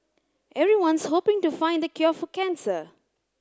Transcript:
everyone's hoping to find the cure for cancer